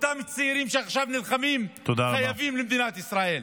שאותם צעירים שעכשיו נלחמים חייבים למדינת ישראל.